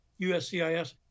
USCIS